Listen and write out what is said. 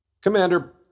Commander